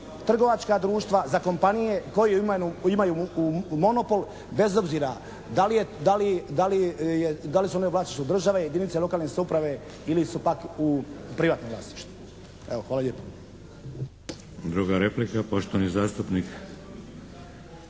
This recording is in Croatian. trgovačka društva, za kompanije koje imaju monopol bez obzira da li su one u vlasništvu države, jedinice lokalne samouprave ili su pak u privatnom vlasništvu. Evo hvala lijepo. **Šeks, Vladimir